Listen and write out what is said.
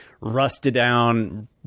rusted-down